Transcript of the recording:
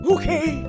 Okay